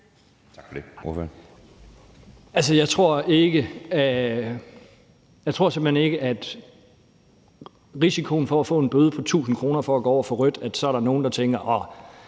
jeg tror simpelt hen ikke, at risikoen for at få en bøde på 1.000 kr. for at gå over for rødt gør, at der så er nogen, der tænker: